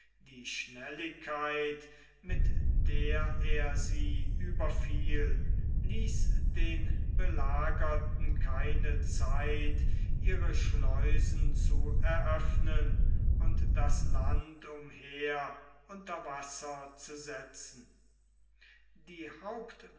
die schnelligkeit mit der er sie überfiel ließ den belagerten keine zeit ihre schleußen zu eröffnen und das land umher unter wasser zu setzen die